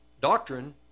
doctrine